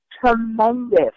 tremendous